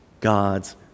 God's